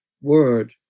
word